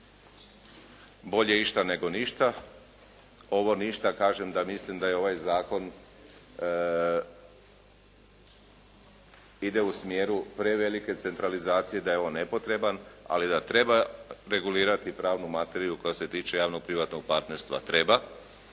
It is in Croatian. bolje išta nego ništa. Ovo ništa kažem da mislim da je ovaj zakon ide u smjeru prevelike centralizacije i da je nepotreban, ali da treba regulirati pravnu materiju koja se tiče javno-privatnog partnerstva, a treba.